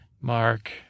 Mark